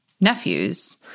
nephews